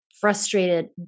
frustrated